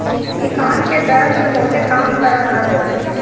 इ कान के दरद में बहुते काम करत हवे